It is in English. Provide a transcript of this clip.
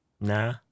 nah